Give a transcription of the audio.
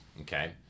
Okay